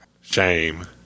shame